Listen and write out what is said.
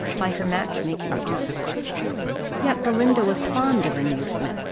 by her match-making aunt yet belinda was fond of amusement,